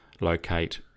locate